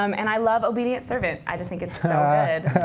um and i love obedient servant. i just think it's so good.